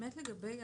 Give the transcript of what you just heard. באמת לגבי הצו,